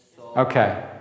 Okay